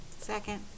Second